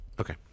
Okay